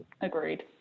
agreed